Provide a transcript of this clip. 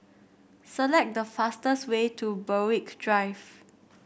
select the fastest way to Berwick Drive